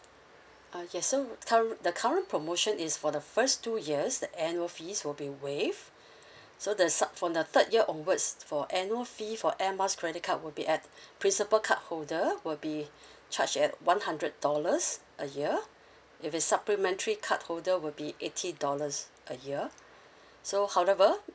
uh yes so cur~ the current promotion is for the first two years the annual fees will be waived so the sub from the third year onwards for annual fee for air miles credit card will be at principle card holder will be charged at one hundred dollars a year if it's supplementary card holder will be eighty dollars a year so however